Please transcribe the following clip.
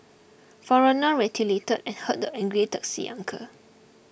foreigner retaliated and hurt angry taxi uncle